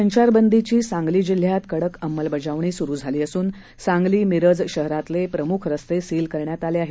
संचारबंदीची सांगली जिल्ह्यात कडक अंमलबजावणी सुरु झाली असून सांगली मिरज शहरातील प्रमुख रस्ते सील करण्यात आले आहेत